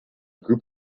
group